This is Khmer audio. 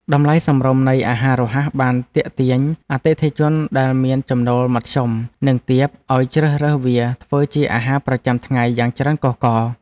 តម្លៃសមរម្យនៃអាហាររហ័សបានទាក់ទាញអតិថិជនដែលមានចំណូលមធ្យម និងទាបឲ្យជ្រើសរើសវាធ្វើជាអាហារប្រចាំថ្ងៃយ៉ាងច្រើនកុះករ។